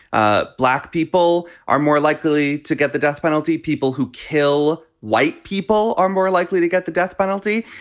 ah black people are more likely to get the death penalty. people who kill white people are more likely to get the death penalty.